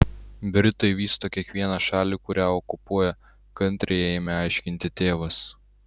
britai vysto kiekvieną šalį kurią okupuoja kantriai ėmė aiškinti tėvas